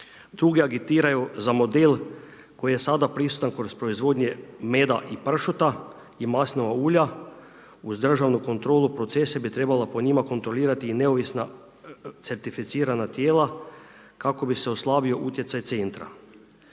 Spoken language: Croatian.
Tuge agitiraju za model koji je sada prisutan kroz proizvodnje meda i pršuta i maslinovog ulja uz državnu kontrolu i procese, bi trebala po njima, kontrolirati i neovisna certificirana tijela, kako bi se oslabio utjecaj centra.